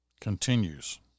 continues